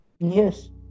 Yes